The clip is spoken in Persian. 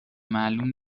معلوم